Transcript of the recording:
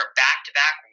back-to-back